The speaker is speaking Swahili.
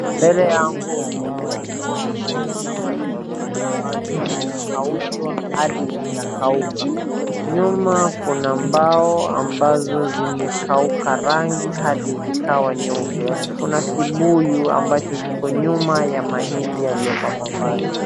Mbele yangu naweza kuona kuwa kuna mahindi, ambazo zimekaushwa hadi zikakauka, nyuma kuna mbao ambazo zimekauka rangi hadi zikawa nyeusi, kuna kibuyu ambacho ziko nyuma ya mahindi yaliyopangwa pale.